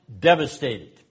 Devastated